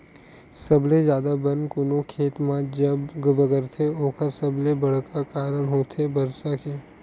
सबले जादा बन कोनो खेत म जब बगरथे ओखर सबले बड़का कारन होथे बरसा के